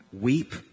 Weep